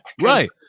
Right